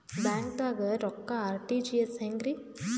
ಬ್ಯಾಂಕ್ದಾಗ ರೊಕ್ಕ ಆರ್.ಟಿ.ಜಿ.ಎಸ್ ಹೆಂಗ್ರಿ?